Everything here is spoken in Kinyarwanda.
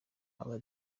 aba